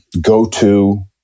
go-to